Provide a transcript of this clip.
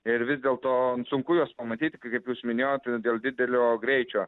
ir vis dėl to sunku juos pamatyti kaip jūs minėjot dėl didelio greičio